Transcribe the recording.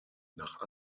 nach